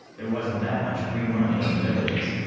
there wasn't that much free money in the villages.